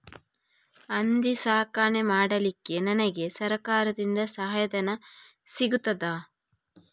ಹಂದಿ ಸಾಕಾಣಿಕೆ ಮಾಡಲಿಕ್ಕೆ ನನಗೆ ಸರಕಾರದಿಂದ ಸಹಾಯಧನ ಸಿಗುತ್ತದಾ?